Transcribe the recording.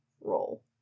role